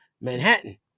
Manhattan